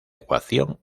ecuación